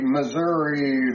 Missouri